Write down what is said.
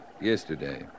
Yesterday